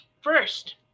first